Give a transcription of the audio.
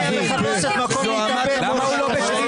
טלי, המכת"זית תפגע גם בך.